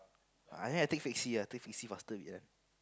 ah then I take taxi ah take taxi faster